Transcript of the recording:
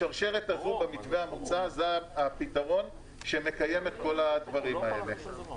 השרשרת הזו במתווה המוצע זה הפתרון שמקיים את כל הדברים האלה.